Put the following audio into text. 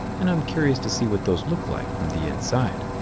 and i'm curious to see what those look like from the inside.